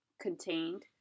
contained